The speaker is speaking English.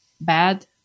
bad